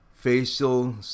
facial